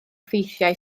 ffeithiau